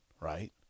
right